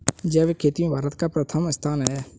जैविक खेती में भारत का प्रथम स्थान है